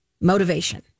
motivation